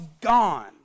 gone